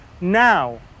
now